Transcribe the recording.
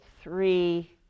three